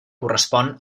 correspon